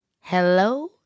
Hello